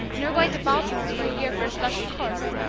and we're going to baltimore for a year for a special course.